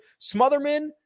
Smotherman